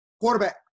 Quarterback